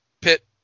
pit